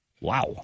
Wow